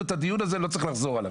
את הדיון הזה ולא צריך לחזור עליו.